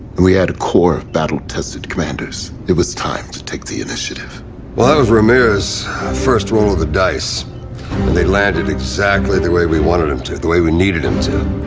and we had a core of battle-tested commanders. it was time to take the initiative. well that was ramirez's first roll of the dice. and they landed exactly the way we wanted them to, the way we needed them to.